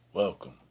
Welcome